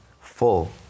full